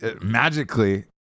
magically